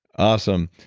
awesome.